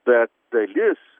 bet dalis